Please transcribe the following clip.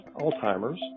Alzheimer's